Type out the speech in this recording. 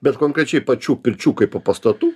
bet konkrečiai pačių pirčių kaipo pastatų